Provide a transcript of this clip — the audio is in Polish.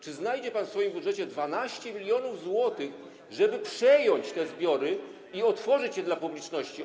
Czy znajdzie pan w swoim budżecie 12 mln zł, żeby przejąć te zbiory i otworzyć je dla publiczności?